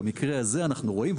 במקרה הזה אנחנו רואים,